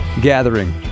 gathering